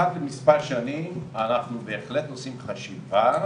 אנחנו בהחלט עושים חשיבה,